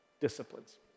disciplines